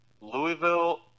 Louisville